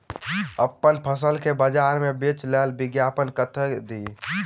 अप्पन फसल केँ बजार मे बेच लेल विज्ञापन कतह दी?